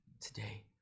today